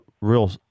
real